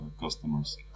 customers